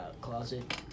closet